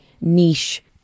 niche